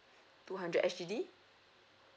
two hundred S_G_D